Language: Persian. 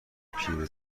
پیره